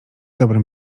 dobrym